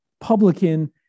publican